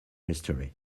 history